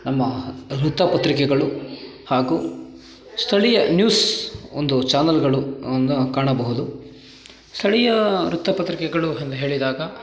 ನಮ್ಮ ವೃತ್ತಪತ್ರಿಕೆಗಳು ಹಾಗೂ ಸ್ಥಳೀಯ ನ್ಯೂಸ್ ಒಂದು ಚಾನಲ್ಗಳು ಅನ್ನ ಕಾಣಬಹುದು ಸ್ಥಳೀಯ ವೃತ್ತಪತ್ರಿಕೆಗಳು ಎಂದ್ ಹೇಳಿದಾಗ